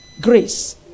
grace